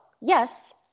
yes